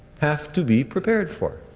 have to be prepared for.